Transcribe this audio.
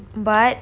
but